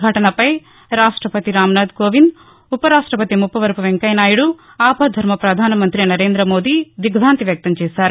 ఘటనపై రాష్టపతి రాంనాథ్ కోవింద్ ఉపరాష్టపతి ముప్పవరపు వెంకయ్యనాయుడు ఆపద్దర్న ప్రధానమంత్రి నరేంద్రమోదీ దిగ్ర్బాంతి వ్యక్తంచేశారు